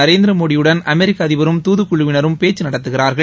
நரேந்திரமோடியுடன் அமெரிக்க அதிபரும் துதுக்குழுவினரும் பேச்சு நடத்துகிறா்கள்